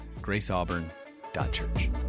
graceauburn.church